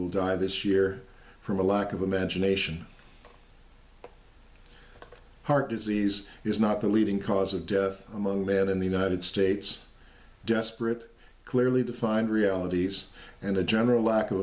will die this year from a lack of imagination heart disease is not the leading cause of death among men in the united states desperate clearly defined realities and a general lack of